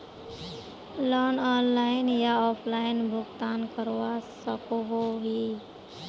Loan online या offline भुगतान करवा सकोहो ही?